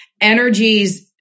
energies